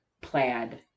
plaid